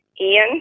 Ian